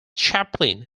chaplain